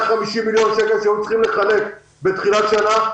מיליון שקלים שהיו צריכים לחלק בתחילת השנה,